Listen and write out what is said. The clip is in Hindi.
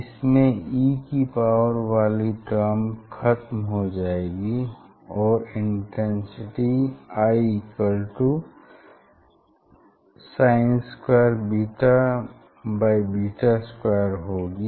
इसमें e की पावर वाली टर्म ख़त्म हो जाएगी और इंटेंसिटी Isin2बीटाबीटा2 होगी